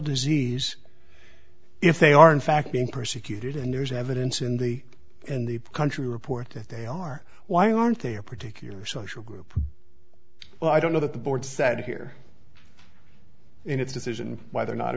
disease if they are in fact being persecuted and there's evidence in the in the country report that they are why aren't there particular social group well i don't know that the board said here in its decision whether or not